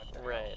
Right